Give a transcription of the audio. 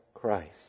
Christ